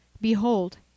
Behold